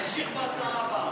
תמשיך בהצעה הבאה.